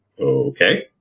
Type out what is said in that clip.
okay